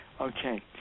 Okay